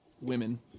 Women